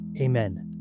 Amen